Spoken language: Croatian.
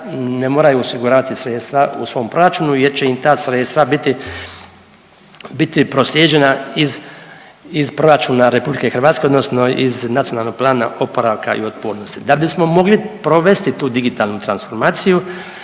ne moraju osigurati sredstva u svom proračunu jer će im ta sredstva biti proslijeđena iz proračuna RH odnosno iz NPOO-a. Da bismo mogli provesti tu digitalnu transformaciju